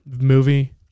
movie